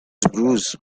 bruise